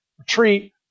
retreat